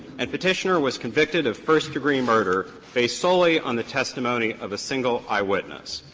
and petitioner was convicted of first degree murder based solely on the testimony of a single eyewitness.